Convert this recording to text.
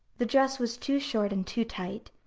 the dress was too short and too tight,